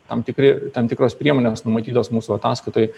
tam tikri tam tikros priemonės numatytos mūsų ataskaitoj